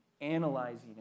analyzing